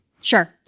Sure